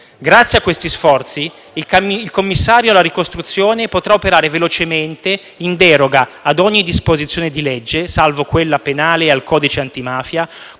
Grazie a questi sforzi, il commissario per la ricostruzione potrà operare velocemente in deroga ad ogni disposizione di legge (salvo quella penale e al codice antimafia),